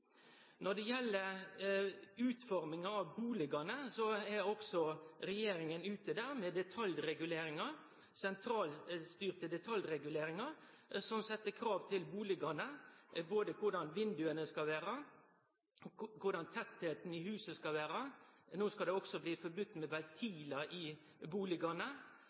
Når det gjeld utforminga av bustadene, er regjeringa ute med sentralstyrde detaljreguleringar som set krav til bustadene, både korleis vindauga skal vere og korleis tettleiken i huset skal vere. No skal det også bli forbode med ventilar i